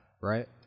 right